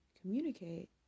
communicate